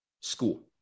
school